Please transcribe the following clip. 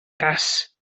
cas